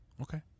Okay